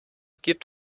gibt